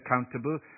accountable